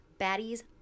Baddies